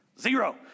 zero